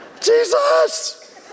Jesus